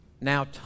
Now